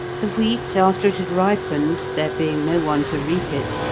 the wheat, after it had ripened, there being no one to reap it,